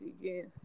again